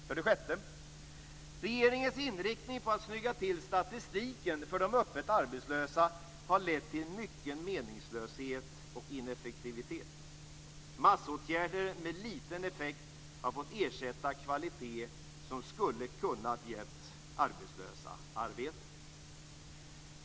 För det sjätte har regeringens inriktning på att snygga till statistiken för de öppet arbetslösa lett till mycken meningslöshet och ineffektivitet. Massåtgärder med liten effekt har fått ersätta kvalitet som skulle ha kunnat ge arbetslösa arbete.